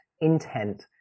intent